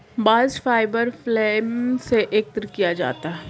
bast fibre phloem से एकत्र किया जाता है